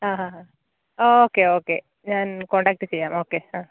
ആ ഹഹാ okay okay ഞാന് കോണ്ടാക്റ്റ് ചെയ്യാം ഓക്കെ ആ